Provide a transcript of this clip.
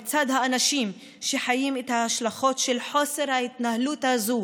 לעמוד לצד האנשים שחיים את ההשלכות של חוסר ההתנהלות הזה,